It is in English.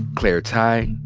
claire tighe,